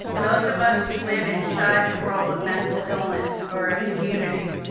those of us who live inside the world of mental illness are a community,